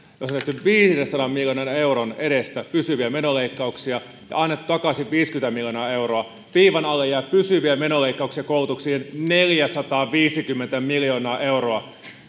jos on tehty viidensadan miljoonan euron edestä pysyviä menoleikkauksia ja annettu takaisin viisikymmentä miljoonaa euroa viivan alle jää pysyviä menoleikkauksia koulutukseen neljäsataaviisikymmentä miljoonaa euroa